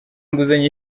inguzanyo